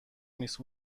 نیست